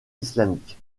islamique